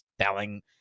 telling